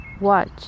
watch